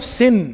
sin